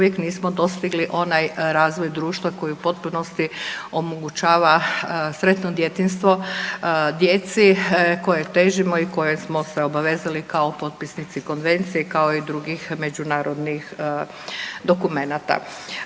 uvijek nismo dostigli onaj razvoj društva koji u potpunosti omogućava sretno djetinjstvo djeci koje težimo i koje smo se obavezali kao potpisnici konvencije, kao i drugih međunarodnih dokumenata.